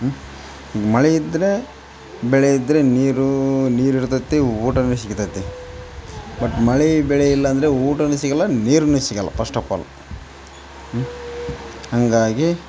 ಹ್ಞೂ ಮಳೆಯಿದ್ರೆ ಬೆಳೆಯಿದ್ರೆ ನೀರೂ ನೀರು ಇರ್ತದೆ ಊಟ ಸಿಗತದೆ ಬಟ್ ಮಳೆ ಬೆಳೆ ಇಲ್ಲಾಂದ್ರೆ ಊಟ ಸಿಗೋಲ್ಲ ನೀರು ಸಿಗೋಲ್ಲ ಪಸ್ಟ್ ಅಪ್ ಆಲ್ ಹ್ಞೂ ಹಂಗಾಗಿ